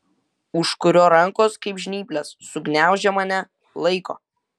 užkurio rankos kaip žnyplės sugniaužė mane laiko